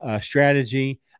strategy